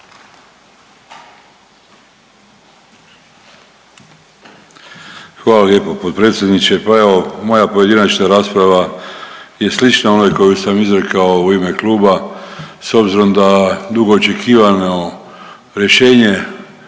Hvala lijepo potpredsjedniče, pa evo, moja pojedinačna rasprava je slična onoj koju sam izrekao u ime kluba s obzirom da dugoočekivano rješenje